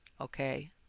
Okay